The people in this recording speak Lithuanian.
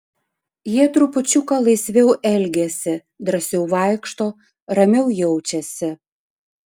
jie trupučiuką laisviau elgiasi drąsiau vaikšto ramiau jaučiasi